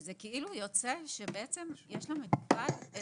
וזה כאילו יוצא שבעצם יש למטופל איזושהי